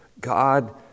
God